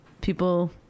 People